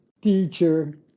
teacher